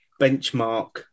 benchmark